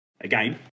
again